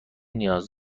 نیاز